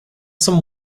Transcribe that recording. some